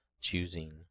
choosing